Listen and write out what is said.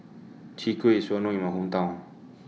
Chwee Kueh IS Well known in My Hometown